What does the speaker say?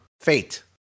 Fate